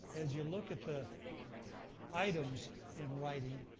as you look at the items in writing,